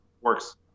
works